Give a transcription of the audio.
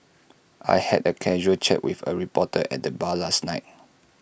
I had A casual chat with A reporter at the bar last night